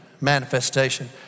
manifestation